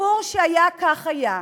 הסיפור שהיה כך היה.